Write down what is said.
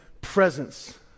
presence